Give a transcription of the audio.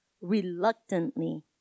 reluctantly